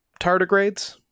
tardigrades